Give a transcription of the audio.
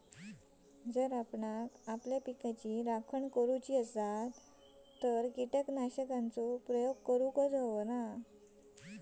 आपणांक आपल्या पिकाची राखण करण्यासाठी कीटकनाशकांचो प्रयोग करूंक व्हयो